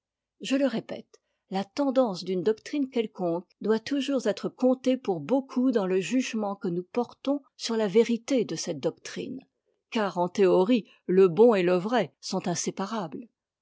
je le répète la tendance d'une doctrine quelconque doit toujours être comptée pour beaucoup dans le jugement que nous portons sur la vérité de cette doctrine car en théorie le bon et le vrai sont inséparables